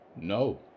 No